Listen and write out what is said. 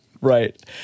Right